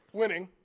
winning